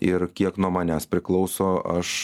ir kiek nuo manęs priklauso aš